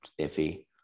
iffy